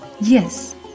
Yes